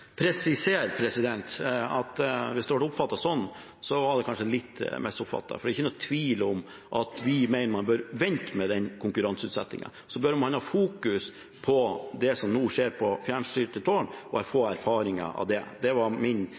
presisere at hvis det ble oppfattet det slik, var det kanskje litt misoppfattet. Det er ikke noen tvil om at vi mener man bør vente med konkurranseutsettingen. Man bør fokusere på det som nå skjer når det gjelder fjernstyrte tårn, og få erfaringer med det. Det var min